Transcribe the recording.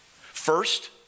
First